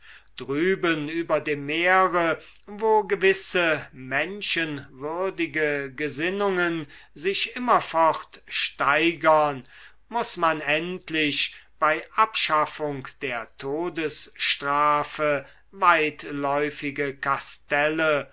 drüben über dem meere wo gewisse menschenwürdige gesinnungen sich immerfort steigern muß man endlich bei abschaffung der todesstrafe weitläufige kastelle